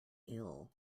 ill